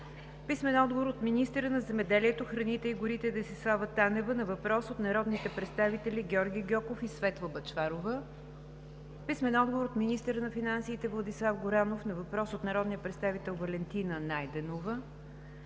Гьоков; - министъра на земеделието, храните и горите Десислава Танева на въпрос от народните представители Георги Гьоков и Светла Бъчварова; - министъра на финансите Владислав Горанов на въпрос от народния представител Валентина Найденова;